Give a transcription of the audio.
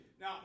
Now